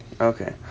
Okay